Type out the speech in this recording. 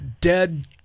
dead